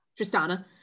Tristana